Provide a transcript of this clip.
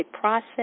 process